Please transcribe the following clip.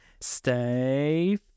stay